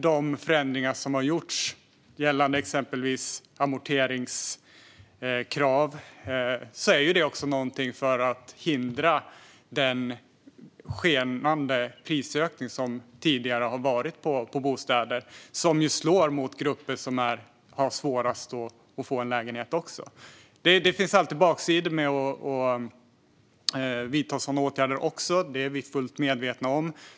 De förändringar som har gjorts gällande exempelvis amorteringskrav har gjorts för att hindra den skenande prisökning som tidigare har varit på bostäder och som slår mot grupper som har svårast att få en lägenhet. Det finns baksidor med att vidta sådana åtgärder också; det är vi fullt medvetna om.